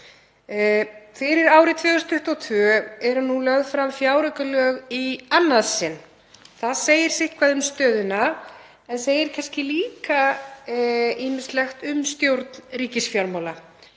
Fyrir árið 2022 eru nú lögð fram fjáraukalög í annað sinn. Það segir sitthvað um stöðuna en segir kannski líka ýmislegt um stjórn ríkisfjármála.